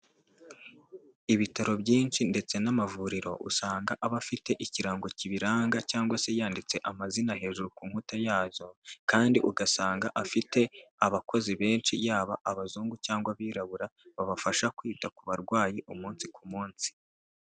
Ibitaro byinshi ndetse n'amavuriro, usanga aba afite ikirango kibiranga, cyangwa se yanditse amazina hejuru ku nkuta yazo, kandi ugasanga afite abakozi benshi, yaba abazungu cyangwa abirabura, babafasha kwita ku barwayi umunsi ku munsi.